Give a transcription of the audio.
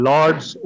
Lords